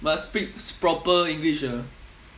must speak proper english ah